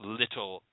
little